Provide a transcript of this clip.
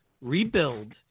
rebuild